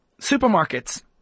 supermarkets